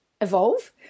evolve